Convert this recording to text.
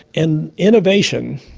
and innovation,